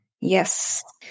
Yes